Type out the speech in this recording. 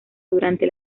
durante